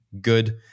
Good